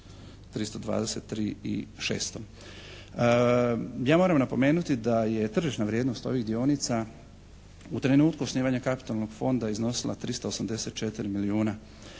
323 i 600. Ja moram napomenuti da je tržišna vrijednost ovih dionica u trenutku osnivanja kapitalnog fonda iznosila 384 milijuna.